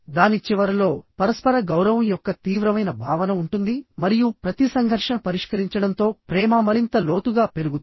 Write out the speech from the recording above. దాని చివరలో పరస్పర గౌరవం యొక్క తీవ్రమైన భావన ఉంటుంది మరియు ప్రతి సంఘర్షణ పరిష్కరించడంతో ప్రేమ మరింత లోతుగా పెరుగుతుంది